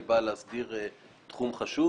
היא באה להסדיר תחום חשוב.